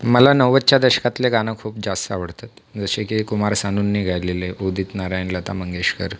मला नव्वदच्या दशकातलं गाणं खूप जास्त आवडतात जसे की कुमार सानूने गायलेले उदीत नारायण लता मंगेशकर